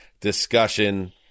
discussion